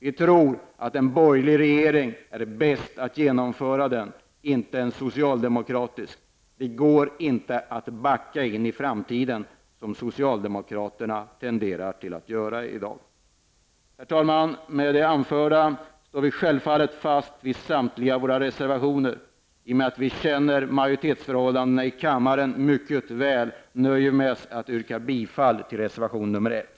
Vi tror att en borgerlig regeringen bäst kan genomföra den, inte en socialdemokratisk. Det går inte att backa in i framtiden, som socialdemokraterna tenderar att göra i dag. Herr talman! Vi står självfallet fast vid samtliga våra reservationer. I och med att vi känner majoritetsförhållandena i kammaren mycket väl nöjer vi oss med att yrka bifall till reservation nr 1.